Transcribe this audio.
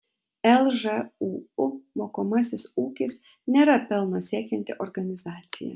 lžūu mokomasis ūkis nėra pelno siekianti organizacija